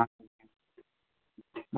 ஆ